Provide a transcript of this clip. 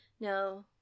No